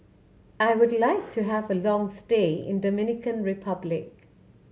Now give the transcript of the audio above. I would like to have a long stay in Dominican Republic